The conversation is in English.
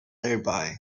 nearby